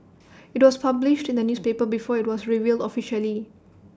IT was published in the newspaper before IT was revealed officially